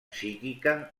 psíquica